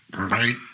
Right